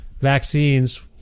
vaccines